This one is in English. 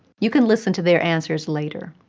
you can listen to their answers later.